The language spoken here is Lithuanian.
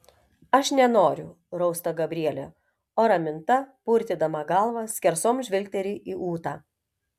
aš nenoriu rausta gabrielė o raminta purtydama galvą skersom žvilgteli į ūtą